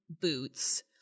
boots